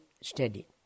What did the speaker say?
steady